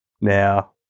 now